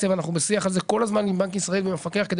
ואנחנו בשיח הזה כל הזמן עם בנק ישראל ועם המפקח כדי